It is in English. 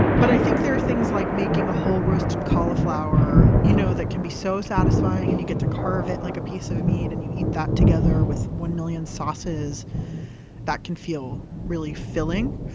but i think there are things like making a whole roasted cauliflower you know that can be so satisfying and you get to carve it like a piece of meat, and you eat that together with one million sauces. and that can feel really filling.